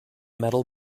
metal